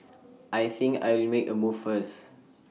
I think I'll make A move first